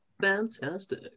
Fantastic